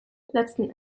letzten